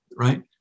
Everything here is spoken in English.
Right